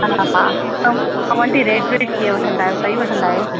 हा हा ऐं ऐं रेट वेट कीअं वठंदा आहियो सई वठंदा आहियो